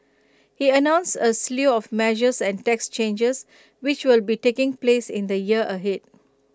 he announced A slew of measures and tax changes which will be taking place in the year ahead